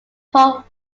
paul